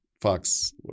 Fox